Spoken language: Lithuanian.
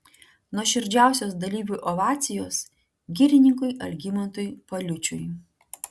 nuoširdžiausios dalyvių ovacijos girininkui algimantui paliučiui